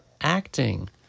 acting